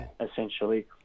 essentially